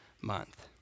month